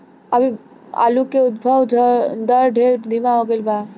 अभी आलू के उद्भव दर ढेर धीमा हो गईल बा